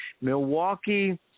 Milwaukee